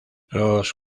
los